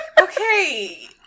Okay